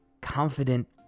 confident